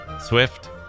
Swift